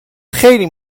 خیلی